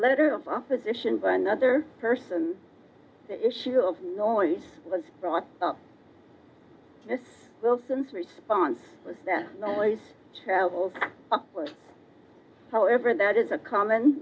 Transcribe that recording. litter of opposition by another person the issue of noise was brought up this wilson's response was that not always travels however that is a common